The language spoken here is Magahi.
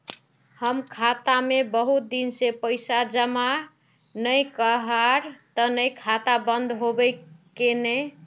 हम खाता में बहुत दिन से पैसा जमा नय कहार तने खाता बंद होबे केने?